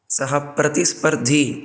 सः प्रतिस्पर्धी